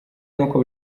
nuko